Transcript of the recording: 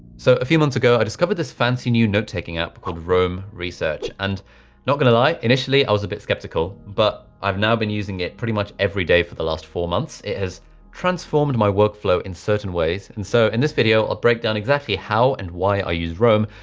so a few months ago, i discovered this fancy new note taking app called roam research and not gonna lie initially, i was a bit sceptical, but i've now been using it pretty much every day for the last four months. it has transformed my workflow in certain ways. and so in and this video, i'll break down exactly how and why i use roam.